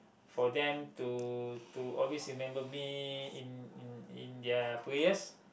for them to to always remember me in in in their prayers